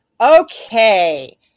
Okay